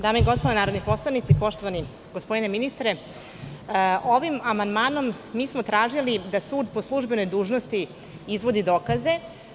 Dame i gospodo narodni poslanici, poštovani gospodine ministre, ovim amandmanom smo tražili da sud po službenoj dužnosti izvodi dokaze.